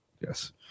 yes